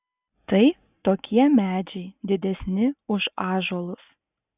tai tokie medžiai didesni už ąžuolus